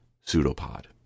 Pseudopod